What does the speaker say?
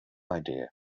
idea